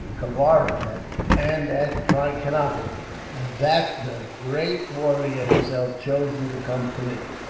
kavaripak, and at trichinopoli and that the great warrior, himself, chose you to come to me.